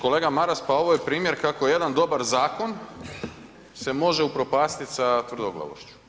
Kolega Maras, pa ovo je primjer kako jedan dobar zakon se može upropastiti sa tvrdoglavošću.